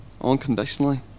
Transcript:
unconditionally